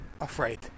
afraid